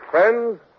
Friends